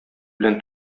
белән